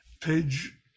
page